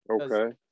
okay